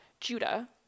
Judah